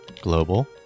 Global